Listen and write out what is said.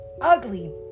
ugly